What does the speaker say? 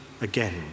again